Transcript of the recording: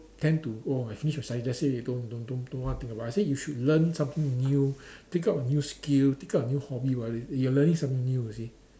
tend to oh I finish my studies that's it already don't don't don't want to think about it I said you should learn something new pick up a new skill pick up a new hobby while you you are learning something new you see